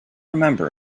remember